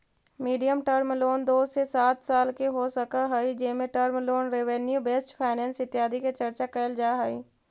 medium term loan दो से सात साल के हो सकऽ हई जेमें term loan revenue based finance इत्यादि के चर्चा कैल जा हई